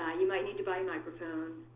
you might need to buy a microphone.